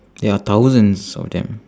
there are thousands of them